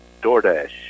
DoorDash